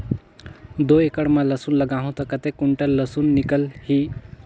दो एकड़ मां लसुन लगाहूं ता कतेक कुंटल लसुन निकल ही?